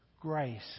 grace